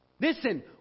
listen